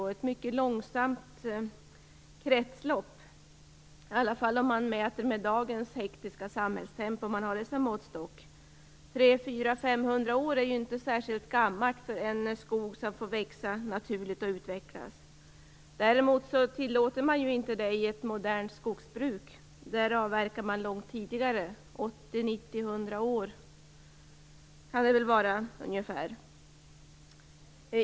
Den har ett mycket långsamt kretslopp, om man har dagens hektiska samhällstempo som måttstock. 500 år är inte särskilt gammalt för en skog som får växa och utvecklas naturligt. Det tillåter man inte i ett modernt skogsbruk. Där avverkar man långt tidigare. Skogen får inte bli mer än ungefär 100 år.